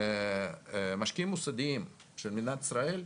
משקיעים מוסדיים של מדינת ישראל,